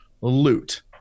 loot